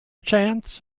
chance